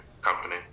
company